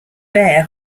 bear